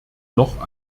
noch